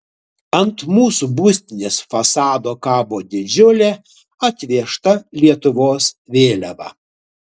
ant mūsų būstinės fasado kabo didžiulė atvežta lietuvos vėliava